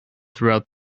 throughout